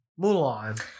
Mulan